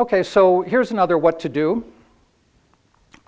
ok so here's another what to do